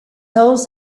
holds